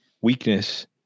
weakness